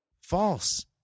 false